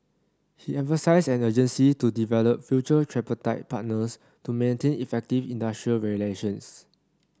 he emphasised an urgency to develop future tripartite partners to maintain effective industrial relations